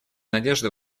надежды